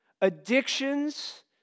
Addictions